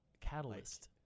catalyst